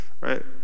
right